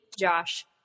Josh